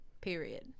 Period